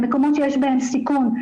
מקומות שיש בהם סיכון,